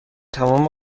تمام